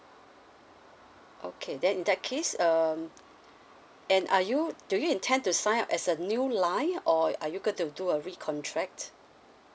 okay then in that case um and are you do you intend to sign up as a new line or are you going to do a recontract